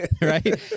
Right